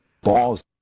Balls